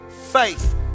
faith